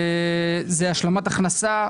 השלמת הכנסה.